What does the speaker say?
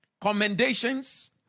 commendations